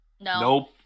Nope